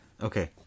okay